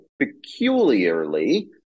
Peculiarly